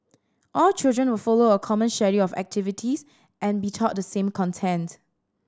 all children will follow a common schedule of activities and be taught the same content